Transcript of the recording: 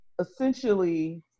essentially